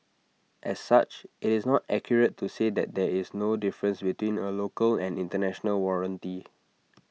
as such IT is not accurate to say that there is no difference between A local and International warranty